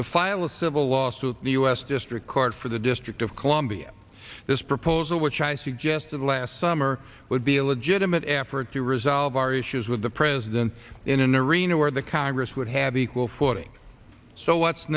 to file a civil lawsuit in the u s district court for the district of columbia this proposal which i suggested last summer would be a legitimate effort to resolve our issues with the president in an arena where the congress would have equal footing so what's